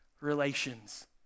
relations